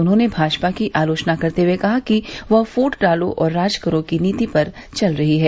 उन्होंने भाजपा की आलोचना करते हुए कहा कि वह फूट करो और राज करो की नीति पर चल रही है